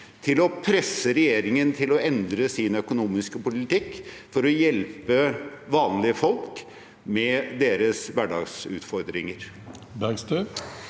til å presse regjeringen til å endre sin økonomiske politikk, for å hjelpe vanlige folk med deres hverdagsutfordringer?